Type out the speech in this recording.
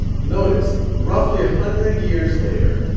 notice roughly a hundred years later,